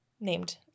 named